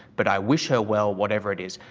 but i wish her well whatever it is.